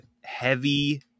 heavy